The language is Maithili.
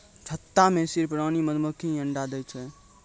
छत्ता मॅ सिर्फ रानी मधुमक्खी हीं अंडा दै छै